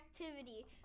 activity